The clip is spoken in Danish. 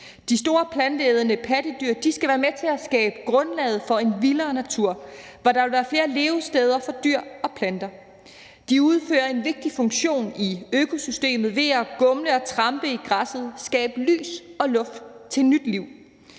De store planteædende pattedyr skal være med til at skabe grundlaget for en vildere natur, hvor der vil være flere levesteder for dyr og planter. De udfører en vigtig funktion i økosystemet ved at gumle og trampe i græsset og skabe lys og luft til nyt liv.